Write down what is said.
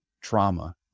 trauma